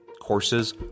Courses